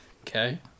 Okay